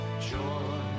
joy